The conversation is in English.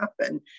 happen